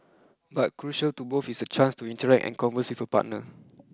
but crucial to both is a chance to interact and converse with a partner